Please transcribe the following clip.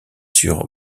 sur